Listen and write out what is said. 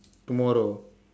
tomorrow